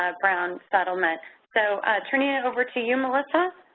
ah brown settlement. so, turning it over to you, melissa.